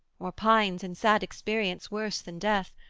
or pines in sad experience worse than death,